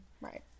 Right